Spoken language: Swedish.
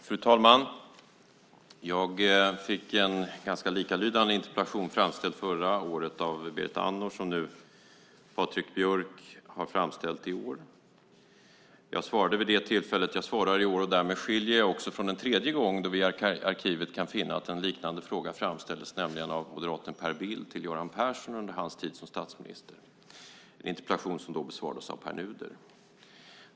Fru talman! Jag fick en liknande interpellation förra året av Berit Andnor som den Patrik Björck har framställt i år. Jag svarade vid det tillfället och jag svarar i år. Därmed skiljer jag mig också från en tredje gång då vi i arkivet kan finna att en liknande fråga har framställts, nämligen av moderaten Per Bill till Göran Persson under hans tid som statsminister. Det var en interpellation som då besvarades av Pär Nuder.